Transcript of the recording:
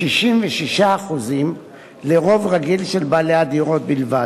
מ-66% לרוב רגיל של בעלי הדירות בלבד.